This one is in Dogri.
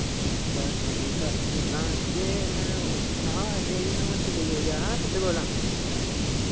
बस ठीक अस ठीक आं जे मैं ओ पुच्छना हा जेह्ड़ी मैं मच्छी लेइयै गेआ हा ना तुं'दे कोला